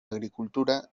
agricultura